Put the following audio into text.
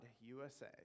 USA